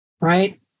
right